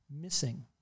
missing